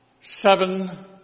Seven